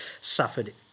suffered